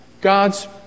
God's